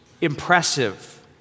impressive